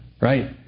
right